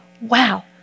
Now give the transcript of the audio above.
Wow